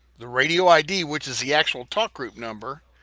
the radio id, which is the actual talk group number,